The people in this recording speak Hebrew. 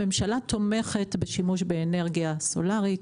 הממשלה תומכת בשימוש באנרגיה סולארית,